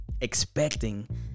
expecting